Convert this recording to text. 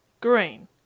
Green